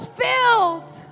filled